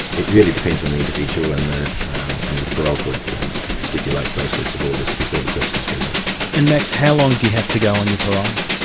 it really depends on the individual and the and the parole board stipulates those sorts of orders before the person's released. and max, how long do you have to go on your parole?